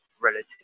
relative